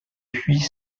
puits